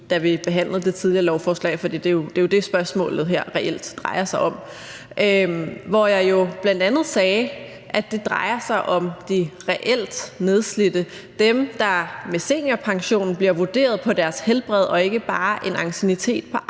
da vi behandlede det tidligere lovforslag – for det er jo det, spørgsmålet reelt her drejer sig om – hvor jeg bl.a. sagde, at det drejer sig om de reelt nedslidte; dem, der med seniorpensionen bliver vurderet på deres helbred og ikke bare en anciennitet på arbejdsmarkedet.